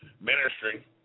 ministry